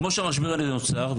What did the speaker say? כפי שהמשבר הזה נוצר,